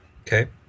Okay